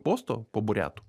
posto po buriatų